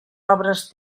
obres